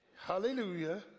Hallelujah